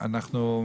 (תיקון),